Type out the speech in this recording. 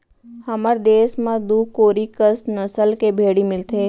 हमर देस म दू कोरी कस नसल के भेड़ी मिलथें